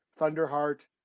Thunderheart